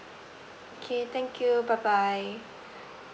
okay thank you bye bye